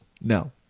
No